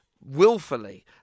willfully